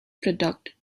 product